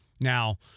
Now